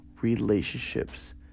relationships